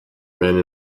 men